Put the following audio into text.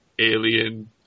alien